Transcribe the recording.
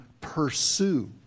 pursue